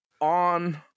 on